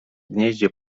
gnieździe